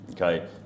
Okay